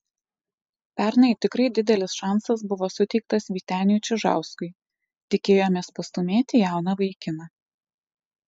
pernai tikrai didelis šansas buvo suteiktas vyteniui čižauskui tikėjomės pastūmėti jauną vaikiną